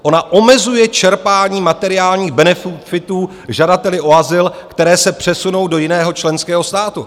Ona omezuje čerpání materiálních benefitů žadateli o azyl, které se přesunou do jiného členského státu.